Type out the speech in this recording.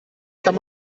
kann